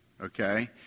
Okay